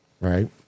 Right